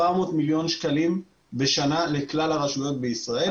מיליון שקלים בשנה לכלל הרשויות בישראל.